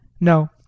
No